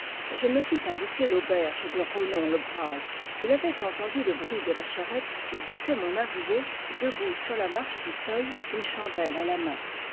je me fis indiquer l'auberge de ronon le braz il avait entendu le bruit de la charrette et guettait mon arrivée debout sur la marche du seuil une chandelle à la main